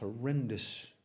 horrendous